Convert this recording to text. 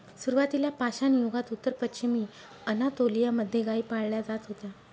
सुरुवातीला पाषाणयुगात उत्तर पश्चिमी अनातोलिया मध्ये गाई पाळल्या जात होत्या